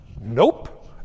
Nope